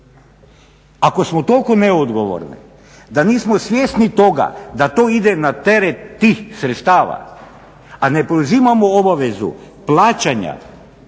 Ako smo toliko neodgovorni da nismo svjesni toga da to ide na teret tih sredstava a ne preuzimamo obavezu plaćanja